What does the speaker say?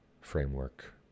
framework